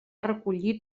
recollir